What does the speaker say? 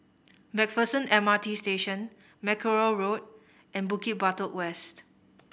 Macpherson M R T Station Mackerrow Road and Bukit Batok West